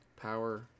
power